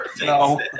No